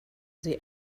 sie